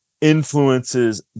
influences